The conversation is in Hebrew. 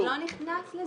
אבל זה לא נכנס לזה.